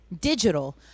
digital